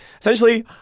Essentially